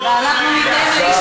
לעיני בני עמי, לעיני מצלמות המליאה.